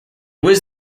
was